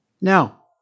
Now